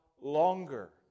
longer